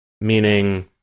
Meaning